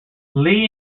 lee